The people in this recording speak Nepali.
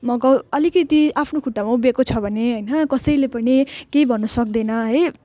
म गाउँ अलिकति आफ्नो खुट्टामा उभिएको छ भने होइन कसैले पनि केही भन्नुसक्दैन है